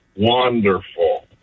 Wonderful